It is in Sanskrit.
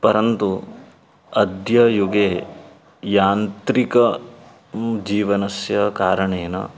परन्तु अद्य युगे यान्त्रिकं जीवनस्य कारणेन